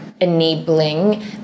enabling